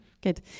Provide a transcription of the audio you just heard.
Good